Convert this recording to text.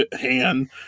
hand